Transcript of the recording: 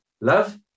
Love